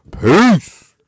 Peace